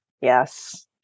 Yes